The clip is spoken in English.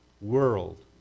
world